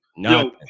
No